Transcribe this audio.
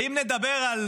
ואם נדבר על